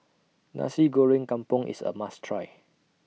Nasi Goreng Kampung IS A must Try